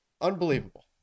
unbelievable